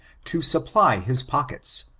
to supply his pockets,